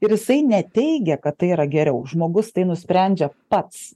ir jisai neteigia kad tai yra geriau žmogus tai nusprendžia pats